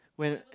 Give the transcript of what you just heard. when